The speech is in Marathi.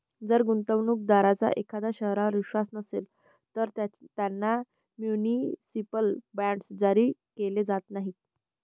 जर गुंतवणूक दारांचा एखाद्या शहरावर विश्वास नसेल, तर त्यांना म्युनिसिपल बॉण्ड्स जारी केले जात नाहीत